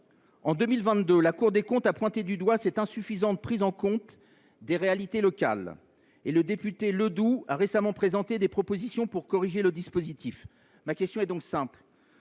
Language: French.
En 2022, la Cour des comptes a pointé du doigt cette insuffisante prise en considération des réalités locales. Le député Vincent Ledoux a récemment présenté des propositions pour corriger ce dispositif. Ma question est simple